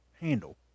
handle